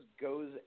goes